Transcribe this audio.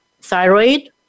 thyroid